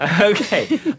Okay